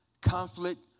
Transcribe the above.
conflict